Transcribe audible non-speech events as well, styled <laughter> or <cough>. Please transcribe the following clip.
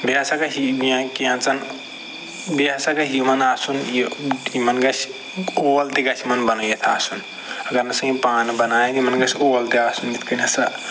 بیٚیہِ ہسا گژھِ یہِ <unintelligible> کینٛژَن بیٚیہِ ہسا گژھِ یِمَن آسُن یہِ یِمَن گژھِ کول تہِ گژھِ یِمَن بَنٲیِتھ آسُن اَگر نَہ سا یِم پانہٕ بَنایَن یِمن گژھِ اول تہِ آسُن یِتھ کٔنۍ ہسا